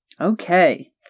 Okay